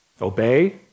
obey